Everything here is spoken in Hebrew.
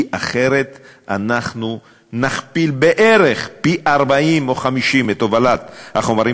כי אחרת אנחנו נכפיל בערך פי-40 או פי-50 את הובלת החומרים